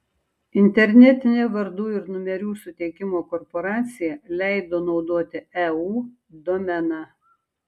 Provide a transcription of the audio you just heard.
internetinė vardų ir numerių suteikimo korporacija leido naudoti eu domeną